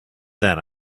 then